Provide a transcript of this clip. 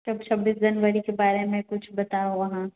तब छब्बीस जनवरी के बारे मे कुछ बताउ अहाँ